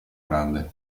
grande